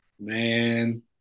Man